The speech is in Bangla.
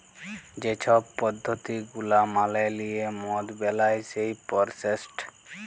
যে ছব পদ্ধতি গুলা মালে লিঁয়ে মদ বেলায় সেই পরসেসট